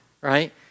right